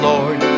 Lord